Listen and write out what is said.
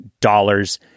dollars